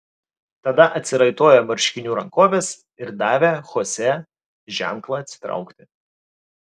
tada atsiraitojo marškinių rankoves ir davė chosė ženklą atsitraukti